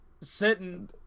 sitting